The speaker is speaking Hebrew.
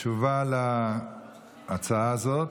תשובה על הצעה הזאת,